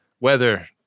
Weather